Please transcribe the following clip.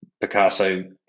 Picasso